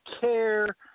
care